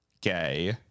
gay